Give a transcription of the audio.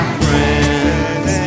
friends